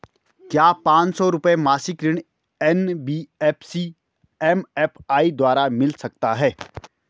क्या पांच सौ रुपए मासिक ऋण एन.बी.एफ.सी एम.एफ.आई द्वारा मिल सकता है?